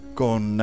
con